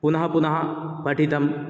पुनः पुनः पठितम्